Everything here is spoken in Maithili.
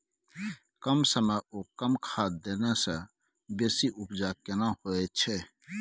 कम समय ओ कम खाद देने से बेसी उपजा केना होय छै?